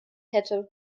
hätte